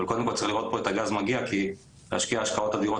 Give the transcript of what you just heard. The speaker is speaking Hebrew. אבל קודם כל צריכים לראות את הגז מגיע כי להשקיע השקעות אדירות